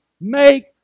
make